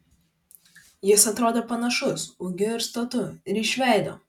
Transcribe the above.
jis atrodė panašus ūgiu ir stotu ir iš veido